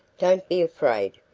don't be afraid,